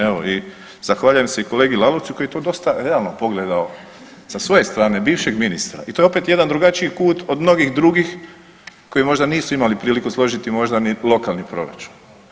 Evo zahvaljujem se i kolegi Lalovcu koji je to dosta realno pogledao, sa svoje strane bivšeg ministra i to je opet jedan drugačiji kut od mnogih drugih koji možda nisu imali priliku složiti možda ni lokalni proračun.